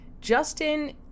Justin